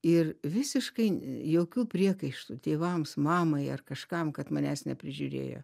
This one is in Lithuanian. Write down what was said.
ir visiškai jokių priekaištų tėvams mamai ar kažkam kad manęs neprižiūrėjo